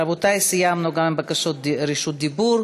רבותי, סיימנו גם עם בקשות רשות הדיבור.